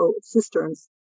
cisterns